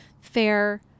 fair